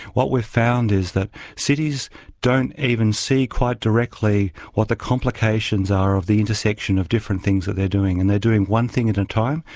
what we've found is that cities don't even see quite directly what the complications are of the intersection of different things that they're doing, and they're doing one thing at a time,